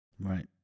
Right